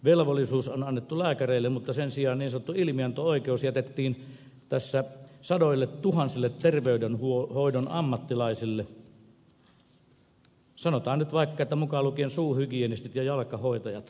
velvollisuus on annettu lääkäreille mutta sen sijaan niin sanottu ilmianto oikeus jätettiin tässä sadoilletuhansille terveydenhoidon ammattilaisille sanotaan nyt vaikka että mukaan lukien suuhygienistit ja jalkahoitajat